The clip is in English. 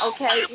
Okay